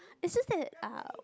it's just that ah